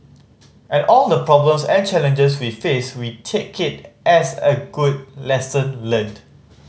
and all the problems and challenges we face we take it as a good lesson learnt